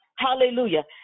Hallelujah